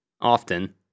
often